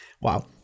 Wow